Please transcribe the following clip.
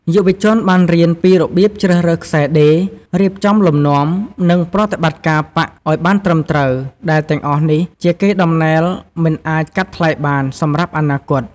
យុវជនបានរៀនពីរបៀបជ្រើសរើសខ្សែដេរ រៀបចំលំនាំ និងប្រតិបត្តិការប៉ាក់ឱ្យបានត្រឹមត្រូវ ដែលទាំងអស់នេះជា កេរដំណែលមិនអាចកាត់ថ្លៃបាន សម្រាប់អនាគត។